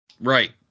Right